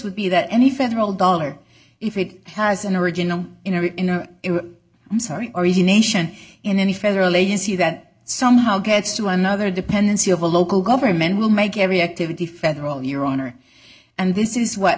would be that any federal dollars if it has an original in or in or i'm sorry or is nation in any federal agency that somehow gets to another dependency of a local government will make every activity federal your honor and this is what